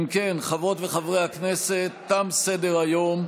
אם כן, חברות וחברי הכנסת, תם סדר-היום.